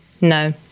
No